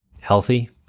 healthy